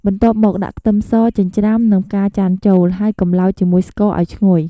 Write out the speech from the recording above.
បន្ទាប់មក ដាក់ ខ្ទឹមសចិញ្ច្រាំ និង ផ្កាចន្ទន៍ចូល ហើយកម្លោចជាមួយស្ករឱ្យឈ្ងុយ។